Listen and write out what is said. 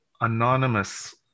anonymous